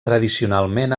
tradicionalment